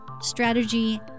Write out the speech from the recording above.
strategy